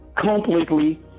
completely